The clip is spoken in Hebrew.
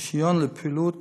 רישיון לפעילות